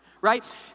right